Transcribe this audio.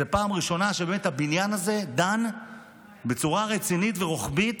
זו הפעם הראשונה שהבניין הזה דן בצורה רצינית ורוחבית